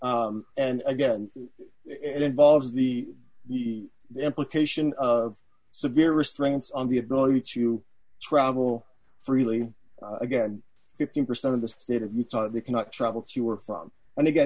and again it involves the the implication of severe restraints on the ability to travel freely again fifty percent of the state of utah cannot travel to or from and again